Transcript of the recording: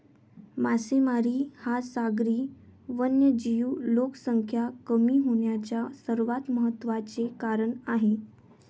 मासेमारी हा सागरी वन्यजीव लोकसंख्या कमी होण्याचे सर्वात महत्त्वाचे कारण आहे